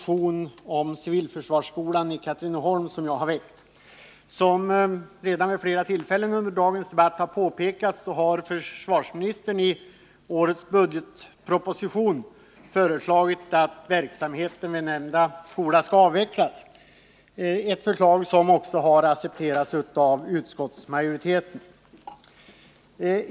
också har accepterats av utskottsmajoriteten.